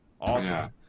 Awesome